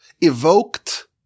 evoked